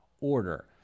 order